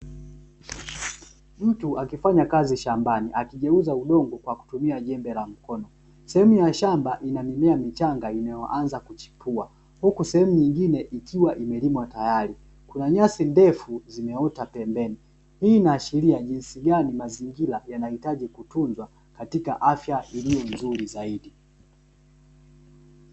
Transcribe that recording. Mtu akifanya kazi shambani akigeuza udongo kwa kutumia jembe la mkono. Sehemu ya shamba ina mimea michanga inayoanza kuchipua, huku sehemu nyingine ikiwa imelimwa tayari kuna nyasi ndefu zimeota pembeni hii inaashiria jinsi gani mazingira yanahitaji kutunzwa katika afya iliyo nzuri zaidi.